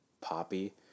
poppy